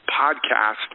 podcast